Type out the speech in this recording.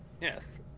yes